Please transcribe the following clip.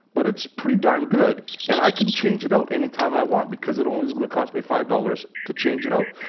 but it's pretty darn good and i can change it out anytime i want because it's always going to cost me five dollars to change it out.